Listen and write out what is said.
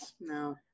No